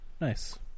Nice